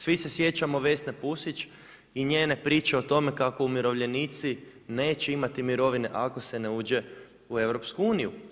Svi se sjećamo Vesne Pusić i njene priče o tome kako umirovljenici neće imati mirovine ako se ne uđe u EU.